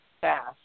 fast